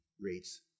rates